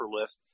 list